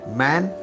man